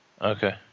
Okay